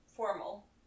Formal